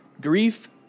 Grief